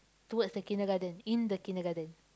towards the kindergarten in the kindergarten